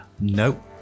nope